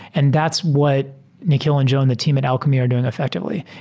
and that's what nikil and joe and the team at alchemy are doing effectively.